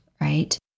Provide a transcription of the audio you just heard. right